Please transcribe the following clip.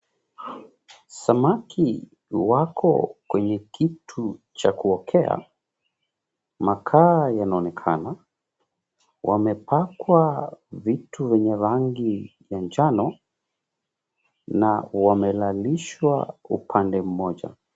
Samaki wako kwenye kitu cha kuokea. Makaa yanaonekana, wamepakwa vitu vyenye rangi ya njano na wamelalishwa upande moja.